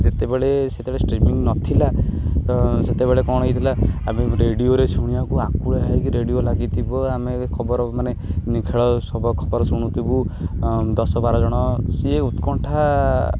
ଯେତେବେଳେ ସେତେବେଳେ ଷ୍ଟ୍ରିମିଙ୍ଗ ନଥିଲା ସେତେବେଳେ କ'ଣ ହେଇଥିଲା ଆମେ ରେଡ଼ିଓରେ ଶୁଣିବାକୁ ଆକୁଳ ହେଇକି ରେଡ଼ିଓ ଲାଗିଥିବ ଆମେ ଖବର ମାନେ ଖେଳ ଖବର ଶୁଣୁଥିବୁ ଦଶ ବାର ଜଣ ସିଏ ଉତ୍କଣ୍ଠା